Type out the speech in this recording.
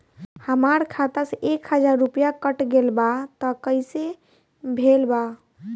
हमार खाता से एक हजार रुपया कट गेल बा त कइसे भेल बा?